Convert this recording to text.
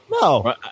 No